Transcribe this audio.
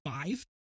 five